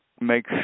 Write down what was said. make